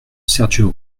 sergio